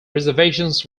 reservations